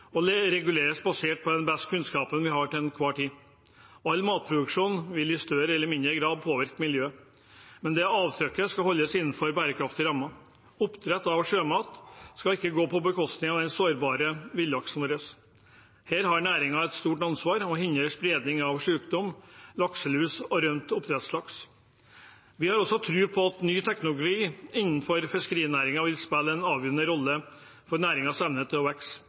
og reguleres basert på den beste kunnskapen vi til enhver tid har. All matproduksjon vil påvirke miljøet i større eller mindre grad, men avtrykket skal holdes innenfor bærekraftige rammer. Oppdrett av sjømat skal ikke gå på bekostning av den sårbare villaksen vår. Her har næringen et stort ansvar for å hindre spredning av sykdom, lakselus og rømt oppdrettslaks. Vi har også tro på at ny teknologi innenfor fiskerinæringen vil spille en avgjørende rolle for næringens evne til